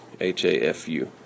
H-A-F-U